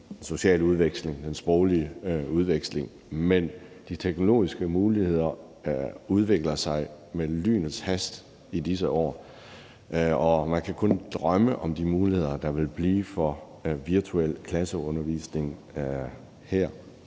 den sproglige udveksling. Men de teknologiske muligheder udvikler sig med lynets hast i disse år, og man kan kun drømme om de muligheder, der vil blive for virtuel klasseundervisning her